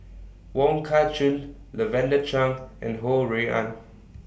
Wong Kah Chun Lavender Chang and Ho Rui An